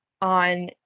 on